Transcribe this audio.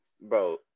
bro